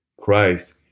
Christ